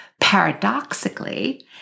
Paradoxically